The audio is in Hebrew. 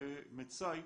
ומצאי